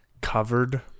covered